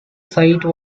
site